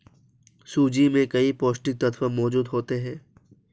सूजी में कई पौष्टिक तत्त्व मौजूद होते हैं